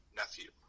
nephew